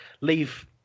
leave